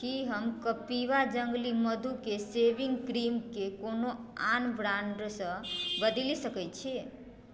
की हम कपिवा जंगली मधुकेँ शेविंग क्रीमके कोनो आन ब्रान्डसँ बदलि सकैत छी